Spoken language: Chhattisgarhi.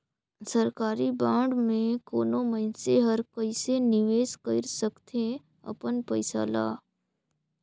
सरकारी बांड में कोनो मइनसे हर कइसे निवेश कइर सकथे अपन पइसा ल